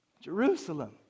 Jerusalem